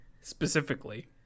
specifically